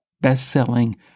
best-selling